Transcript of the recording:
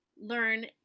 learn